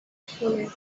خونه